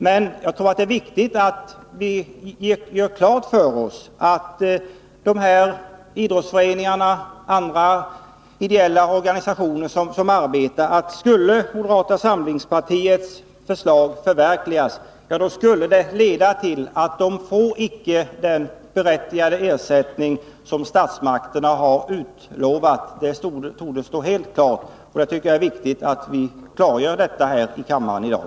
Det är ändå viktigt att vi gör klart för oss att om moderata samlingspartiets förslag skulle förverkligas, skulle det leda till att idrottsföreningar och andra ideella organisationer inte får den berättigade ersättning som statsmakterna har utlovat. Detta torde stå helt klart. Det är viktigt att klargöra detta här i kammaren i dag.